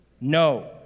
No